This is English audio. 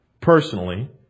personally